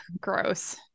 gross